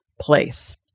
place